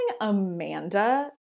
Amanda